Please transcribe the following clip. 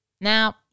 Now